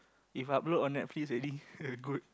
if upload on Netflix already good